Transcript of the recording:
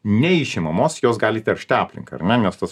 neišimamos jos gali teršti aplinką ar ne nes tos